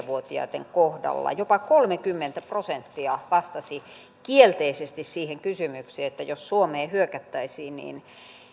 vuotiaitten kohdalla jopa kolmekymmentä prosenttia vastasi kielteisesti siihen kysymykseen että jos suomeen hyökättäisiin niin